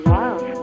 love